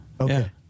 Okay